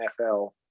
NFL